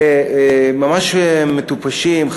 ממש מטופשים,